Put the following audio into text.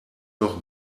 doch